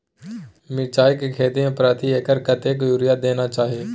मिर्चाय के खेती में प्रति एकर कतेक यूरिया देना चाही?